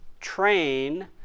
train